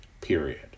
period